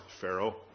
Pharaoh